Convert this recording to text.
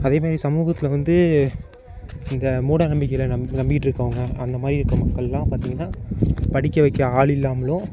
அதே மாரி சமூகத்தில் வந்து இந்த மூடநம்பிக்கைகளை நம்பிக்கிட்டு இருக்கறவங்க அந்த மாதிரி இருக்க மக்கள்லாம் பார்த்தீங்கன்னா படிக்க வைக்க ஆள் இல்லாமலும்